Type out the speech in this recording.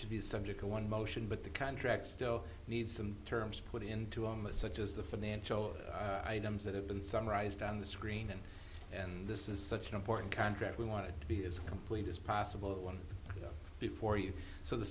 should be subject to one motion but the contract still needs some terms put into office such as the financial items that have been summarized on the screen and this is such an important contract we want it to be as complete as possible before you so the